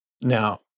now